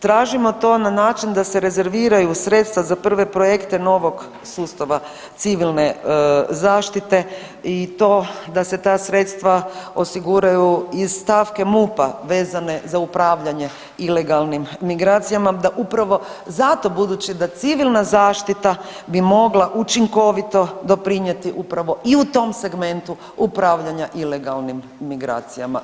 Tražimo to na način da se rezerviraju sredstava za prve projekte novog sustava civilne zaštite i to da se ta sredstva osiguraju iz stavke MUP-a vezane za upravljanje ilegalnim migracijama, da upravo zato budući da civilna zaštita bi mogla učinkoviti doprinijeti upravo i u tom segmentu upravljanja ilegalnim migracijama.